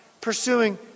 pursuing